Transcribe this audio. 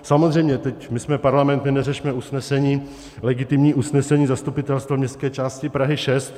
Samozřejmě, my jsme parlament, neřešme usnesení, legitimní usnesení, Zastupitelstva městské části Prahy 6.